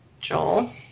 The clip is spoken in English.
Joel